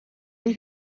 that